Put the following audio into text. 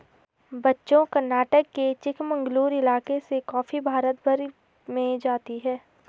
बच्चों कर्नाटक के चिकमंगलूर इलाके से कॉफी भारत भर में जाती है